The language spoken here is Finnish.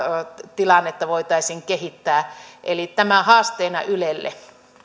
tilannetta voitaisiin kehittää tämä haasteena ylelle